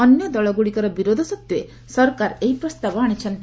ଅନ୍ୟ ଦଳଗୁଡ଼ିକର ବିରୋଧ ସତ୍ତ୍ୱେ ସରକାର ଏହି ପ୍ରସ୍ତାବ ଆଣିଛନ୍ତି